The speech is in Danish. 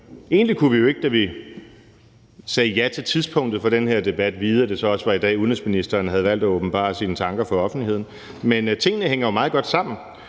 egentlig kunne vi ikke, da vi sagde ja til tidspunktet for den her debat, vide, at det så også var i dag, udenrigsministeren havde valgt at åbenbare sine tanker for offentligheden. Men tingene hænger jo meget godt sammen,